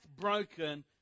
broken